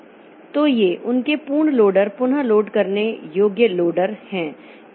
तो ये उनके पूर्ण लोडर पुनः लोड करने योग्य लोडर हैं